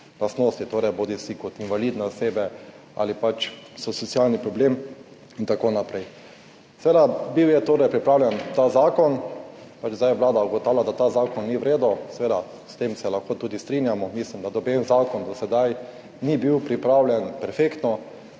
lastnosti, torej bodisi kot invalidne osebe ali pač so socialni problem in tako naprej. Ta zakon je bil pripravljen, zdaj Vlada ugotavlja, da ta zakon ni v redu, seveda se s tem lahko tudi strinjamo. Mislim, da noben zakon do sedaj ni bil pripravljen perfektno